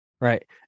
right